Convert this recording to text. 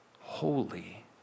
holy